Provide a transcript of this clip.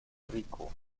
rico